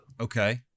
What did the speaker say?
Okay